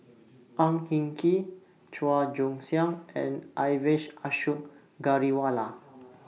Ang Hin Kee Chua Joon Siang and Ashok Ghariwala